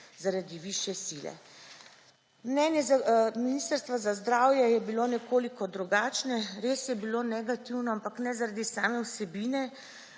zaradi višje sile. Mnenje Ministrstva za zdravje je bilo nekoliko drugačno, res je bilo negativno, ampak ne zaradi same vsebine